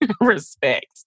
respect